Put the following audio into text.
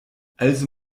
also